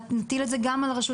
נטיל את זה גם עליה.